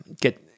get